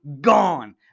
gone